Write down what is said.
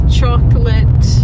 chocolate